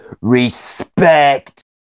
RESPECT